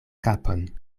kapon